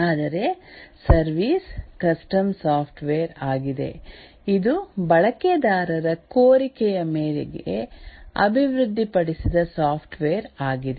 ಆದರೆ service custom software ಆಗಿದೆ ಇದು ಬಳಕೆದಾರರ ಕೋರಿಕೆಯ ಮೇರೆಗೆ ಅಭಿವೃದ್ಧಿಪಡಿಸಿದ ಸಾಫ್ಟ್ವೇರ್ ಆಗಿದೆ